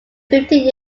fifteen